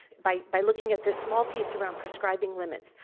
by by looking at this small piece around prescribing limits,